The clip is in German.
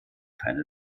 keine